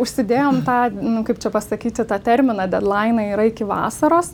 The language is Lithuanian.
užsidėjom tą nu kaip čia pasakyti tą terminą deadliną yra iki vasaros